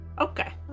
Okay